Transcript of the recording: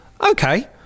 Okay